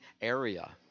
area